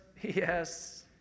Yes